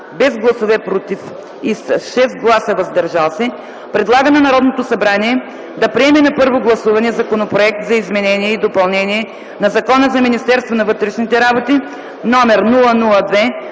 без гласове „против” и с 6 гласа „въздържал се”, предлага на Народното събрание да приеме на първо гласуване Законопроект за изменение и допълнение на Закона за Министерството на вътрешните работи, №